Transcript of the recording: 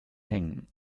hängen